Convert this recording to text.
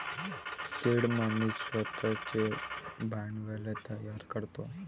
seed money स्वतःचे भांडवल तयार करतो